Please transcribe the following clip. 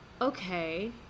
Okay